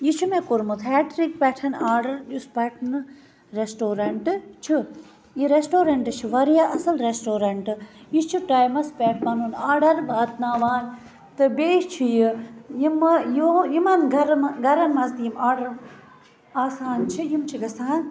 یہِ چھُ مےٚ کوٚرمُت ہیٹرِک پیٚٹھ یُس پَٹنہٕ ریٚسٹورَنٹ چھُ یہِ ریٚسٹورَنٹ چھُ واریاہ اصل ریٚسٹورَنٹ یہِ چھُ ٹایمَس پیٚٹھ پَنُن آڈَر واتناوان تہٕ بیٚیہِ چھُ یہِ یِمَن گَرَن مَنٛز تہِ یِم آڈَر آسان چھِ یِم چھِ گَژھان